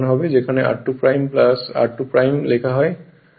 যেখানে r2 r2 লেখা যায়